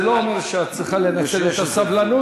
זה שלי יש סבלנות זה לא אומר שאת צריכה לנצל את הסבלנות,